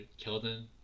keldon